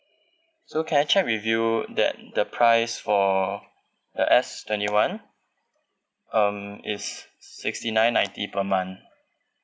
so can I check with you that the price for the S twenty one um is sixty nine ninety per month